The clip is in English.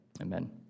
Amen